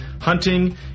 hunting